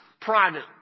private